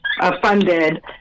funded